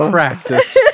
practice